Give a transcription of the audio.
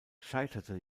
scheiterte